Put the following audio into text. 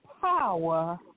Power